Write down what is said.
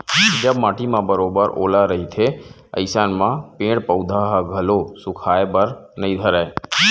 जब माटी म बरोबर ओल रहिथे अइसन म पेड़ पउधा ह घलो सुखाय बर नइ धरय